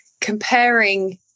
comparing